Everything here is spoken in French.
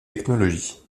technologies